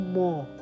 more